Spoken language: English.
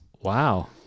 Wow